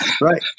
right